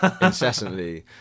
incessantly